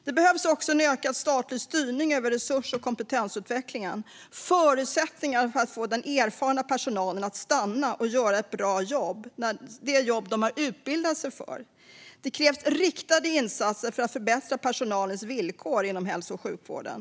Det behövs också en ökad statlig styrning av resurs och kompetensutvecklingen och förutsättningar för att få den erfarna personalen att stanna och göra ett bra jobb, det jobb som de har utbildat sig för. Det krävs riktade insatser för att förbättra personalens villkor inom hälso och sjukvården.